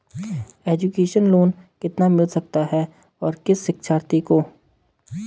Education loan कितना मिल सकता है और किस शिक्षार्थी को?